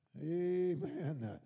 Amen